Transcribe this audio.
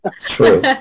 true